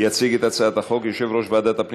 יציג את הצעת החוק יושב-ראש ועדת הפנים